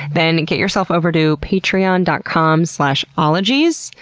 then and get yourself over to patreon dot com slash ologies.